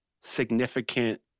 significant